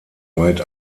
weit